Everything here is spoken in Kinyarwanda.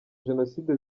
jenoside